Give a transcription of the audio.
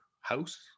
house